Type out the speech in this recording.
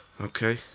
okay